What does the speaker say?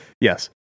yes